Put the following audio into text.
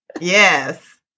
Yes